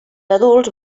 adults